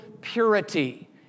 purity